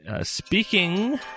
Speaking